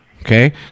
okay